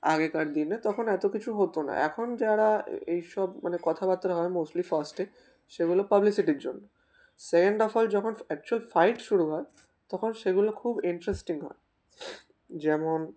আগেকার দিনে তখন এতো কিছু হতো না এখন যারা এই সব মানে কথাবার্তা হয় মোস্টলি ফার্স্টে সেগুলো পাবলিসিটির জন্য সেকেন্ড অফ অল যখন অ্যাকচুয়াল ফাইট শুরু হয় তখন সেগুলো খুব ইন্টারেস্টিং হয় যেমন